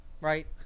right